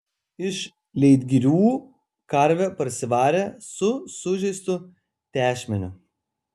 iš leitgirių karvę parsivarė su sužeistu tešmeniu